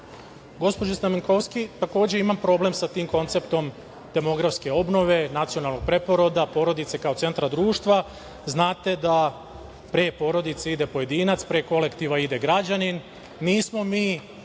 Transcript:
treba. Gospođo Stamenkovski, imam problem sa tim konceptom demografske obnove, nacionalnog preporoda, porodice kao centra društva. Znate, da pre porodice ide pojedinac, pre kolektiva ide građanin.